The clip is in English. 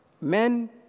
Men